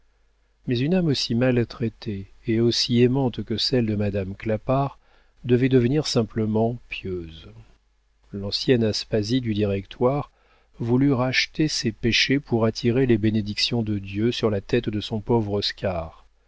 mais une âme aussi maltraitée et aussi aimante que celle de madame clapart devait devenir simplement pieuse l'ancienne aspasie du directoire voulut racheter ses péchés pour attirer les bénédictions de dieu sur la tête de son pauvre